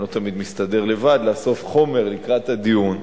אני לא תמיד מסתדר לבד, לאסוף חומר לקראת הדיון,